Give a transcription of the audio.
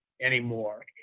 anymore